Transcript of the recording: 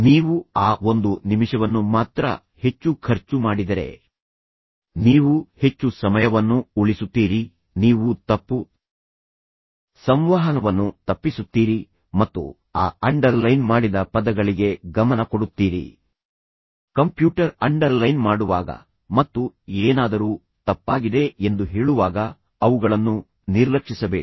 ನೀವು ಆ ಒಂದು ನಿಮಿಷವನ್ನು ಮಾತ್ರ ಹೆಚ್ಚು ಖರ್ಚು ಮಾಡಿದರೆ ನೀವು ಹೆಚ್ಚು ಸಮಯವನ್ನು ಉಳಿಸುತ್ತೀರಿ ನೀವು ತಪ್ಪು ಸಂವಹನವನ್ನು ತಪ್ಪಿಸುತ್ತೀರಿ ಮತ್ತು ಆ ಅಂಡರ್ಲೈನ್ ಮಾಡಿದ ಪದಗಳಿಗೆ ಗಮನ ಕೊಡುತ್ತೀರಿ ಕಂಪ್ಯೂಟರ್ ಅಂಡರ್ಲೈನ್ ಮಾಡುವಾಗ ಮತ್ತು ಏನಾದರೂ ತಪ್ಪಾಗಿದೆ ಎಂದು ಹೇಳುವಾಗ ಅವುಗಳನ್ನು ನಿರ್ಲಕ್ಷಿಸಬೇಡಿ